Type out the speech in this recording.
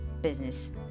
business